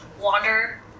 wander